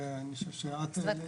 שאני חושב שאת העלית.